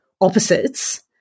opposites